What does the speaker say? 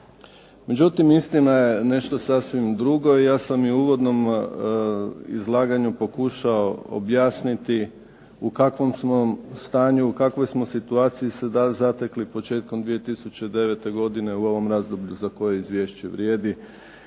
Međutim, istina je nešto sasvim drugo. Ja sam u uvodnom izlaganju pokušao objasniti kako u kakvom stanju u kakvoj smo se situaciji zatekli početkom 2009. godine u ovom razdoblju za koje izvješće vrijedi.